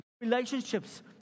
relationships